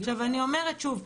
אני אומרת שוב,